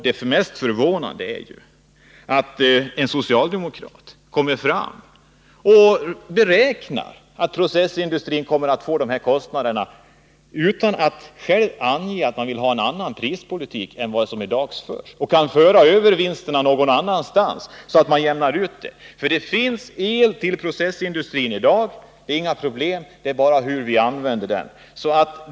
Det som förvånar mig mest är att en socialdemokrat på detta sätt beräknar vilka kostnader processindustrin kommer att få utan att samtidigt ange att han vill ha en annan prispolitik än den som i dag förs och att man kan använda övervinsterna inom andra områden så att man får en utjämning. Det finns alltså elenergi till processindustrin i dag. Det föreligger inga problem i det avseendet, utan frågan gäller bara hur vi använder denna energi.